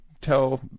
tell